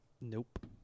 Nope